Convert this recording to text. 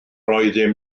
oeddym